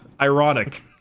Ironic